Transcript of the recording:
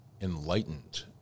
enlightened